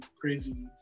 crazy